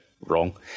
wrong